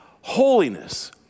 holiness